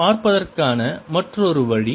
அதைப் பார்ப்பதற்கான மற்றொரு வழி